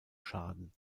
schaden